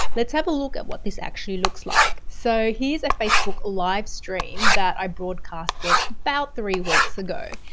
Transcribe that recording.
let's have a look at what this actually looks like. so here's a facebook livestream that i broadcasted about three weeks ago.